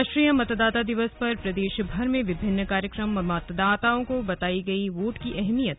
राष्ट्रीय मतदाता दिवस पर प्रदेशभर में विभिन्न कार्यक्रममतदाताओं को बताई वोट की अहमियत